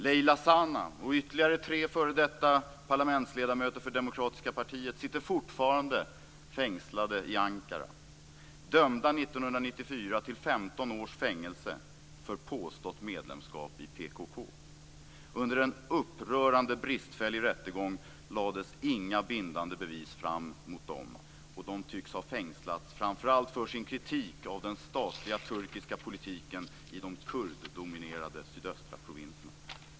Leyla Zana och ytterligare tre f.d. parlamentsledamöter för Demokratiska partiet sitter fortfarande fängslade i Ankara, dömda 1994 till 15 års fängelse för påstått medlemskap i PKK. Under en upprörande bristfällig rättegång lades inga bindande bevis fram mot dem, och de tycks ha fängslats framför allt för sin kritik av den statliga turkiska politiken i de kurddominerade sydöstra provinserna.